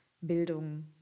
Bildung